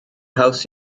haws